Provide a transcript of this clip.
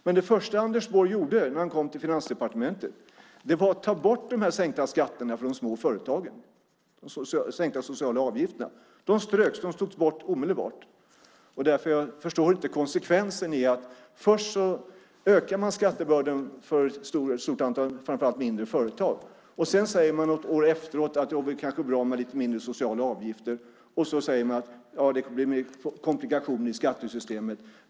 Men det första som Anders Borg gjorde när han kom till Finansdepartementet var att ändra de sociala avgifter som vi hade sänkt för de små företagen. Detta ströks och togs bort omedelbart. Jag förstår inte konsekvenserna när det gäller detta. Först ökar man skattebördan för framför allt ett stort antal mindre företag. Sedan säger man något år senare att det kanske vore bra med lite mindre sociala avgifter. Då säger man att det blir komplikationer i skattesystemet.